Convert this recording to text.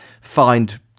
find